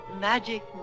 Magic